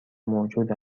موجود